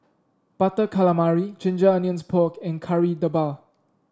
Butter Calamari Ginger Onions Pork and Kari Debal